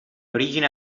origine